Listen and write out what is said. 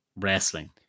wrestling